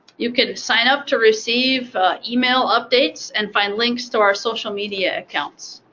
you can sign up to receive email updates and find links to our social media accounts.